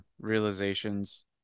realizations